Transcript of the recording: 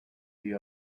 the